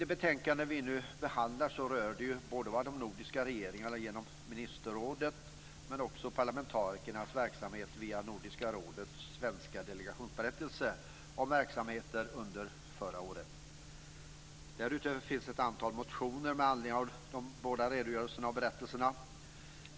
Det betänkande vi nu behandlar rör både de nordiska regeringarna genom ministerrådet och parlamentarikernas verksamhet via Nordiska rådets svenska delegations berättelse om verksamheter under förra året. Därutöver finns ett antal motioner med anledning av skrivelsen och redogörelsen.